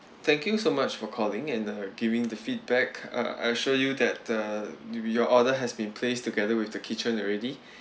thank you so much for calling and uh giving the feedback uh I assure you that uh do be your order has been placed together with the kitchen already